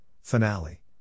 Finale